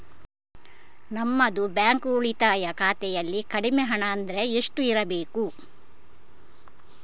ನಮ್ಮದು ಬ್ಯಾಂಕ್ ಉಳಿತಾಯ ಖಾತೆಯಲ್ಲಿ ಕಡಿಮೆ ಹಣ ಅಂದ್ರೆ ಎಷ್ಟು ಇರಬೇಕು?